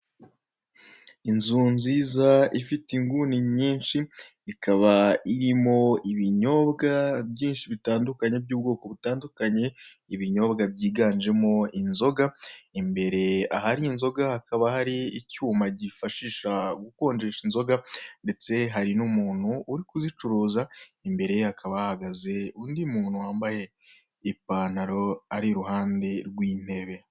Inzu nziza ifite inguni nyinshi, ikaba irimo ibinyobwa byinshi bitandukanye by'ubwoko butandukanye, ibinyobwa byiganjemo inzoga, imbere ahari inzoga hakaba hari icyuma gifasha gukonjesha inzoga; ndetse hari n'umuntu uri kuzicuruza, imbere ye hakaba hahagaze undi muntu wambaye ipantaro ari iruhande rw'intebe.